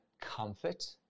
comfort